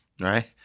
right